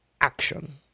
action